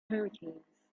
hurricanes